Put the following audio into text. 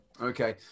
Okay